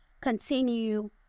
continue